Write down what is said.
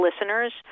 listeners